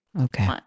Okay